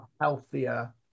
healthier